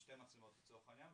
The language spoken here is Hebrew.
בשתי המצלמות לצורך העניין.